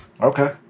Okay